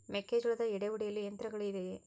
ಮೆಕ್ಕೆಜೋಳದ ಎಡೆ ಒಡೆಯಲು ಯಂತ್ರಗಳು ಇದೆಯೆ?